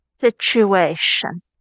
situation